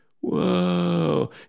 Whoa